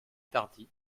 tardy